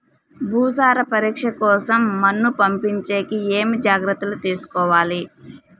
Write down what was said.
భూసార పరీక్ష కోసం మన్ను పంపించేకి ఏమి జాగ్రత్తలు తీసుకోవాలి?